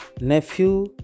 Nephew